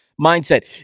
mindset